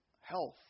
health